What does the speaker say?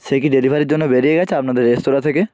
সে কি ডেলিভারির জন্য বেরিয়ে গেছে আপনাদের রেস্তোরাঁ থেকে